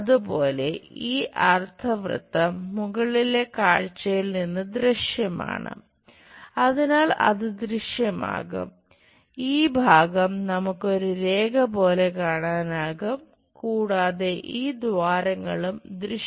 അതുപോലെ ഈ അർദ്ധവൃത്തം മുകളിലെ കാഴ്ചയിൽ ദിശ